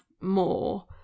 more